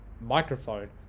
microphone